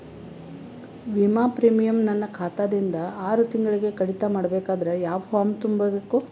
ವಿಮಾ ಪ್ರೀಮಿಯಂ ನನ್ನ ಖಾತಾ ದಿಂದ ಆರು ತಿಂಗಳಗೆ ಕಡಿತ ಮಾಡಬೇಕಾದರೆ ಯಾವ ಫಾರಂ ತುಂಬಬೇಕು?